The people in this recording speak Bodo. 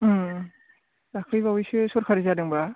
उम दाखालै बावैसो सरखारि जादोंबा